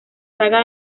saga